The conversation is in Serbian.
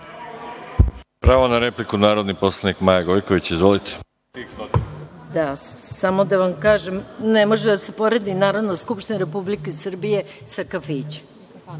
Pravo na repliku ima narodni poslanik Maja Gojković. Izvolite. **Maja Gojković** Samo da vam kažem, ne može da se poredi Narodna skupština Republike Srbije sa kafićem